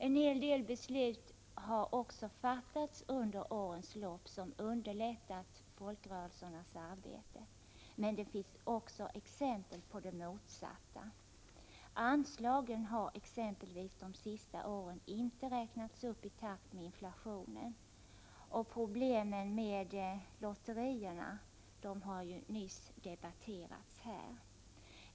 En hel del beslut har fattats under årens lopp som underlättat folkrörelsernas arbete. Men det finns också exempel på motsatsen. Exempelvis har anslagen under de senaste åren inte räknats upp i takt med inflationen. Problemen med lotterierna har ju nyss debatterats här.